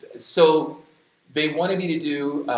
so they wanted me to do,